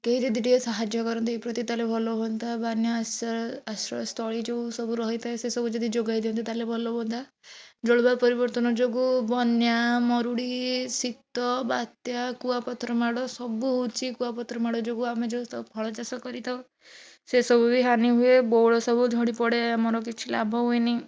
କେହି ଯଦି ଟିକିଏ ସାହାଯ୍ୟ କରନ୍ତେ ଏପ୍ରତି ତାହେଲେ ଭଲ ହୁଅନ୍ତା ବନ୍ୟା ଆଶ୍ରୟ ଆଶ୍ରୟସ୍ଥଳୀ ଯେଉଁ ସବୁ ରହିଥାଏ ସେସବୁ ଯଦି ଯୋଗାଇ ଦିଅନ୍ତେ ତାହେଲେ ଭଲ ହୁଅନ୍ତା ଜଳବାୟୁ ପରିବର୍ତ୍ତନ ଯୋଗୁଁ ବନ୍ୟା ମରୁଡ଼ି ଶୀତ ବାତ୍ୟା କୁଆପଥର ମାଡ଼ ସବୁ ହଉଛି କୁଆପଥର ମାଡ଼ ଯୋଗୁଁ ଆମେ ଯେଉଁସବୁ ଫଳଚାଷ କରିଥାଉ ସେସବୁ ବି ହାନି ହୁଏ ବଉଳ ସବୁ ଝଡ଼ିପଡ଼େ ଆମର କିଛି ଲାଭ ହୁଏନି